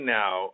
now